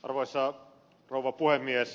arvoisa rouva puhemies